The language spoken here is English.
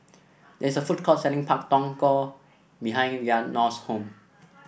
there is a food court selling Pak Thong Ko behind Rhiannon's home